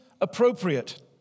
appropriate